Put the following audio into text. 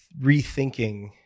rethinking